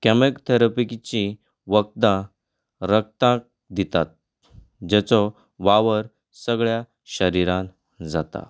कॅमोथॅरपीची वखदां रक्ताक दितात जेचो वावर सगळ्या शरिराक जाता